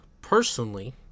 Personally